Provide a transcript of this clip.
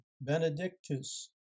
Benedictus